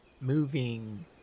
moving